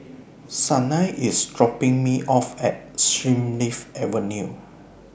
Sanai IS dropping Me off At Springleaf Avenue